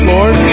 Lord